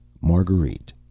Marguerite